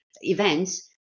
events